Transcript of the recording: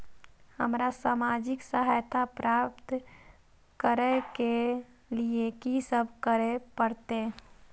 हमरा सामाजिक सहायता प्राप्त करय के लिए की सब करे परतै?